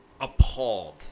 appalled